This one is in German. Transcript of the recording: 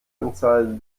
anzahl